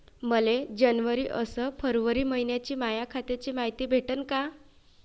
मले जनवरी अस फरवरी मइन्याची माया खात्याची मायती भेटन का?